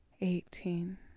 eighteen